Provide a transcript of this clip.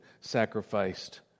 sacrificed